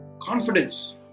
Confidence